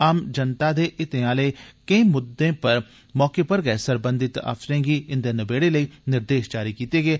आम जनता दे हितें आले केंई मुद्दे पर मौके पर गै सरबंधित अफसरें गी इन्दे नबेड़े लेई निर्देश जारी कीते गेय